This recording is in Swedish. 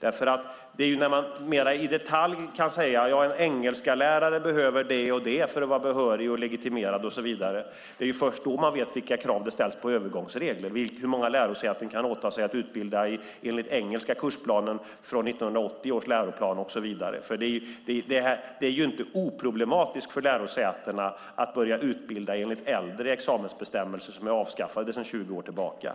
Det är först när man mer i detalj kan säga "En lärare i engelska behöver det och det för att vara behörig och legitimerad och så vidare" som man vet vilka krav det ställs på övergångsreglerna. Hur många lärosäten kan åta sig att utbilda enligt engelska kursplanen från 1980 års läroplan och så vidare? Det är ju inte oproblematiskt för lärosätena att börja utbilda enligt äldre examensbestämmelser som är avskaffade sedan 20 år tillbaka.